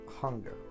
hunger